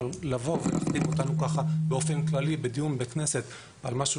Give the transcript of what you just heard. אבל לבוא ולהכתים אותנו באופן כללי בדיון בכנסת על משהו